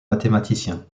mathématicien